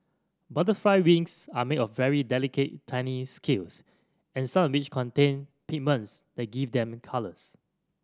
butterfly wings are made of very delicate tiny scales and some of which contain pigments that give them colours